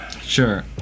Sure